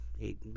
eight